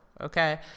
Okay